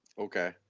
Okay